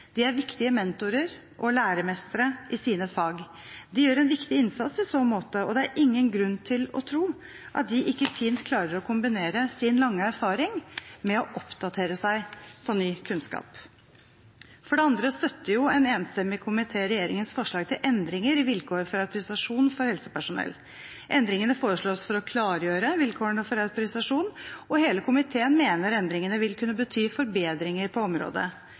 De gjør en viktig innsats i så måte, og det er ingen grunn til å tro at de ikke fint klarer å kombinere sin lange erfaring med det å oppdatere seg på ny kunnskap. For det andre støtter en enstemmig komité regjeringens forslag til endringer i vilkår for autorisasjon av helsepersonell. Endringene foreslås for å klargjøre vilkårene for autorisasjon, og hele komiteen mener endringene vil kunne bety forbedringer på området.